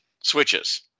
switches